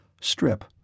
Strip